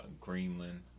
Greenland